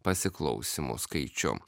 pasiklausymų skaičium